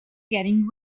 getting